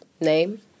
Name